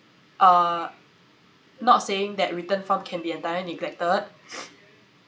uh not saying that written form can be entirely neglected